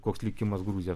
koks likimas gruziją